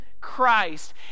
Christ